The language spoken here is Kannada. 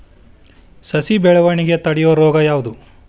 ಸಸಿ ಬೆಳವಣಿಗೆ ತಡೆಯೋ ರೋಗ ಯಾವುದು?